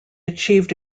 achieved